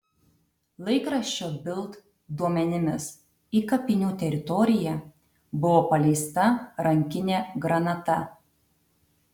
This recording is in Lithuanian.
laikraščio bild duomenimis į kapinių teritoriją buvo paleista rankinė granata